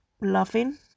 laughing